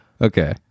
Okay